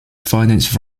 finance